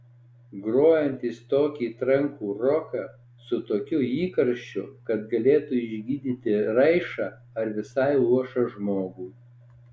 grojantys tokį trankų roką su tokiu įkarščiu kad galėtų išgydyti raišą ar visai luošą žmogų